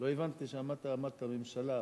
לא הבנתי שאמרת הממשלה,